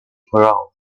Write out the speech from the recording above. choral